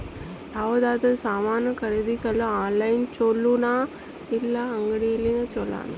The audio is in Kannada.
ಯಾವುದಾದರೂ ಸಾಮಾನು ಖರೇದಿಸಲು ಆನ್ಲೈನ್ ಛೊಲೊನಾ ಇಲ್ಲ ಅಂಗಡಿಯಲ್ಲಿ ಛೊಲೊನಾ?